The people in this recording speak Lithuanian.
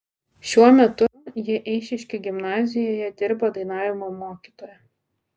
šiuo metu ji eišiškių gimnazijoje dirba dainavimo mokytoja